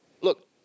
Look